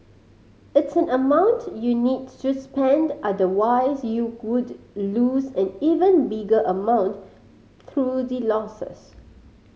it's an amount you need to spend otherwise you good lose an even bigger amount through the losses